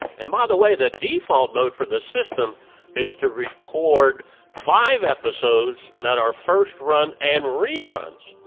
and by the way the default mode for the system is to record five episodes that are first-run and reruns.